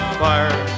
fire